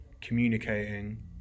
communicating